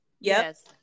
Yes